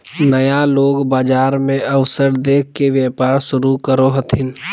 नया लोग बाजार मे अवसर देख के व्यापार शुरू करो हथिन